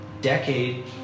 decade